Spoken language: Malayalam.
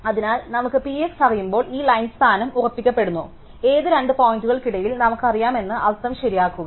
അതിനാൽ നമുക്ക് P x അറിയുമ്പോൾ ഈ ലൈൻ സ്ഥാനം ഉറപ്പിക്കപ്പെടുന്നു ഏത് രണ്ട് പോയിന്റുകൾക്കിടയിൽ നമുക്ക് അറിയാമെന്ന് അർത്ഥം ശരിയാക്കുക